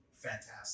Fantastic